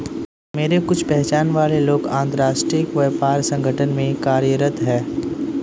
मेरे कुछ पहचान वाले लोग अंतर्राष्ट्रीय व्यापार संगठन में कार्यरत है